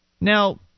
Now